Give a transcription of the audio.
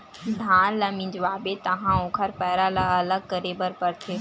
धान ल मिंजवाबे तहाँ ओखर पैरा ल अलग करे बर परथे